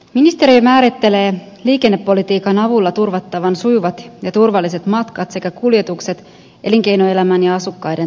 ministeriö määrittelee liikennepolitiikan avulla turvattavat sujuvat ja turvalliset matkat sekä kuljetukset elinkeinoelämän ja asukkaiden tarpeisiin